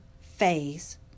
phase